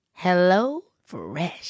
HelloFresh